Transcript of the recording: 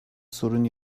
sorun